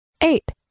Eight